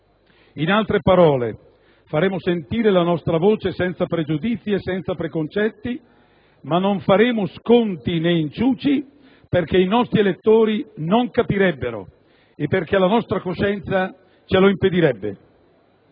In altre parole, faremo sentire la nostra voce senza pregiudizi e preconcetti, ma non faremo sconti né inciuci, perché i nostri elettori non capirebbero e perché la nostra coscienza ce lo impedirebbe.